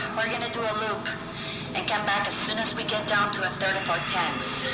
we're going to do a loop and come back as soon as we get down to a third of our tanks.